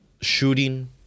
shooting